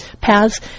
paths